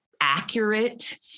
accurate